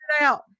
out